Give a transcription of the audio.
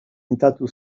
mintzatu